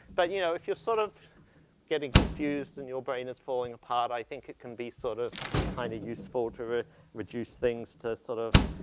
but you know, if you're sort of getting confused and your brain is falling apart, i think it can be sort of kind of useful to re reduce things to sort of